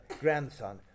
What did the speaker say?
grandson